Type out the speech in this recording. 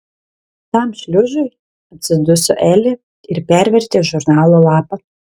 tam šliužui atsiduso elė ir pervertė žurnalo lapą